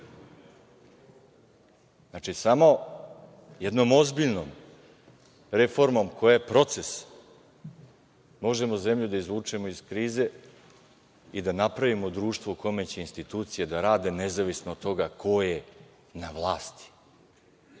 tema. Znači, samo jednom ozbiljnom reformom koja je proces, možemo zemlju da izvučemo iz krize i da napravimo društvo u kome će institucije da rade nezavisno od toga ko je na vlasti.